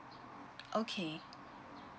okay